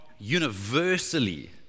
universally